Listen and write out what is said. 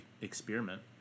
experiment